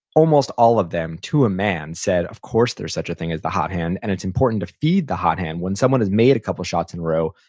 almost all of them, to a man, said, of course there's such a thing as the hot hand, and it's important to feed the hot hand. when someone has made a couple shots in a row,